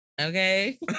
okay